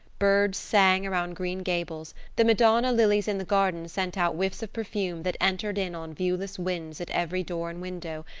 birds sang around green gables the madonna lilies in the garden sent out whiffs of perfume that entered in on viewless winds at every door and window,